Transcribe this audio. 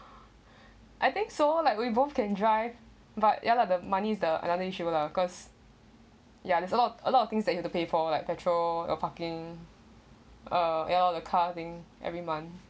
I think so like we both can drive but ya lah the money is the another issue lah cause ya there's a lot a lot of things that you have to pay for like petrol or parking uh ya all the car thing every month